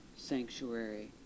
sanctuary